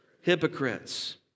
hypocrites